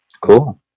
Cool